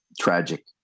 Tragic